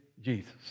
Jesus